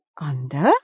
Under